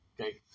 Okay